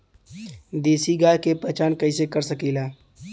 देशी गाय के पहचान कइसे कर सकीला?